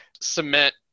cement